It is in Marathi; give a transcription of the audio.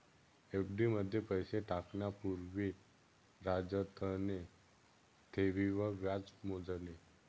एफ.डी मध्ये पैसे टाकण्या पूर्वी राजतने ठेवींवर व्याज मोजले